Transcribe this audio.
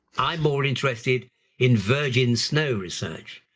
i'm more interested in virgin snow research,